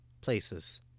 Places